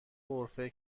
غرفه